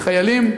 החיילים,